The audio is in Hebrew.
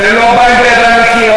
אתם לא באים בידיים נקיות.